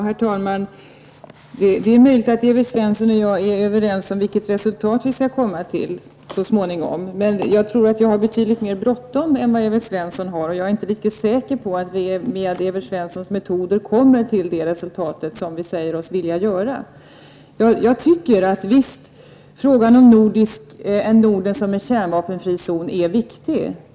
Herr talman! Det är möjligt att Evert Svensson och jag är överens om vilket resultat som så småningom bör uppnås. Men jag tror att jag har betydligt mer bråttom än vad Evert Svensson har. Jag är inte riktigt säker på att vi med de metoder som han vill använda uppnår de resultat som vi säger oss vilja upp. Visst är frågan om Norden som en kärnvapenfri zon viktig.